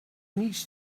needs